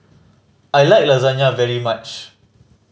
I like Lasagna very much